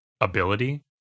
ability